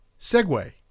Segway